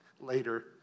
later